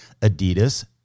Adidas